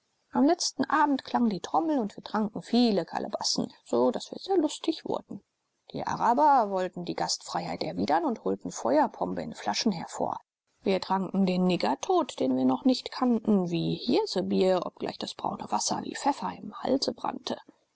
am letzten abend klang die trommel und wir tranken viele kalebassen so daß wir sehr lustig wurden die araber wollten die gastfreiheit erwidern und holten feuerpombe in flaschen hervor wir tranken den niggertod den wir noch nicht kannten wie hirsebier obgleich das braune wasser wie pfeffer im halse brannte